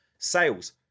sales